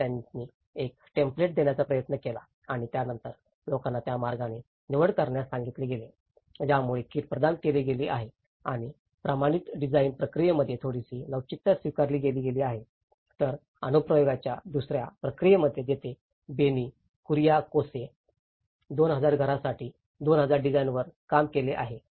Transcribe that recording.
तर त्यांनी एक टेम्पलेट देण्याचा प्रयत्न केला आणि त्यानंतर लोकांना त्या मार्गाने निवड करण्यास सांगितले गेले त्यामुळे किट प्रदान केले गेले आहे आणि प्रमाणित डिझाइन प्रक्रियेमध्ये थोडीशी लवचिकता स्वीकारली गेली आहे तर अनुप्रयोगाच्या दुसऱ्या प्रक्रियेमध्ये जेथे बेनी कुरियाकोसे 2 हजार घरांसाठी 2 हजार डिझाइनवर काम केले आहे